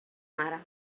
mare